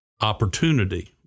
opportunity